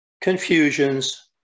confusions